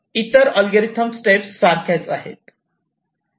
इतर algorithm step सारख्याच आहेत